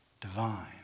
divine